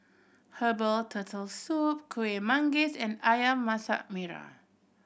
herbal Turtle Soup Kuih Manggis and Ayam Masak Merah